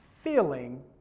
feeling